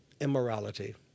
immorality